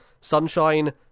Sunshine